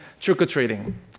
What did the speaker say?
trick-or-treating